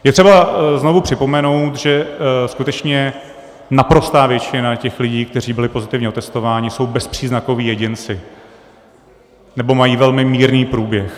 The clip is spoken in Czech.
Je třeba znovu připomenout, že skutečně naprostá většina lidí, kteří byli pozitivně otestováni, jsou bezpříznakoví jedinci nebo mají velmi mírný průběh.